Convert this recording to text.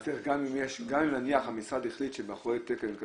זה הצד שכמובן התפתח בו